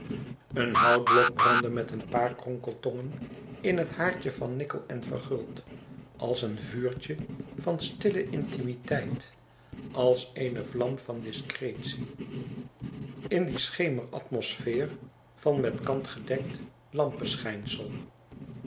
een houtblok brandde met een paar kronkeltongen in het louis couperus extaze een boek van geluk haardje van nickel en verguld als een vuurtje van stille intimiteit als eene vlam van discretie in die schemeratmosfeer van met kant gedekt